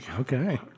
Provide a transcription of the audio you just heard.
Okay